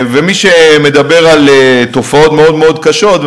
ומי שמדבר על תופעות קשות מאוד,